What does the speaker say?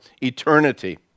eternity